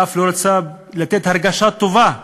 ואף לא רוצה לתת הרגשה טובה לנו,